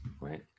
right